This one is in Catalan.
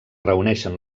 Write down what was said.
reuneixen